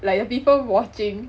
like the people watching